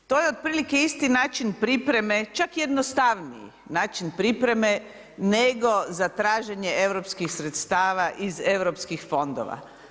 To je otprilike isti način pripreme, čak jednostavniji način pripreme nego za traženje europskih sredstava iz europskih fondova.